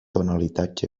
tonalitats